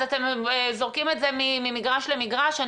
אתם זורקים את זה ממגרש למגרש?